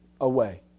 away